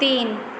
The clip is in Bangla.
তিন